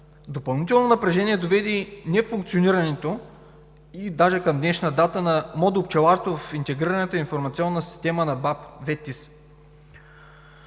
Допълнително напрежение доведе нефункционирането и даже към днешна дата на модул „Пчеларство“ в интегрираната информационна система на БАБХ – ВетИС.